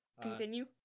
Continue